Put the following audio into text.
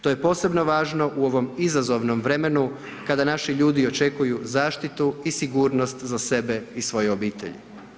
To je posebno važno u ovom izazovnom vremenu kada naši ljudi očekuju zaštitu i sigurnost za sebe i svoje obitelji.